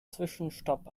zwischenstopp